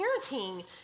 parenting